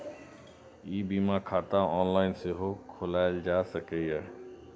ई बीमा खाता ऑनलाइन सेहो खोलाएल जा सकैए